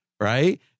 right